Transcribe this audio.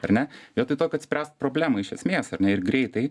ar ne vietoj to kad spręst problemą iš esmės ar ne ir greitai